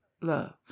love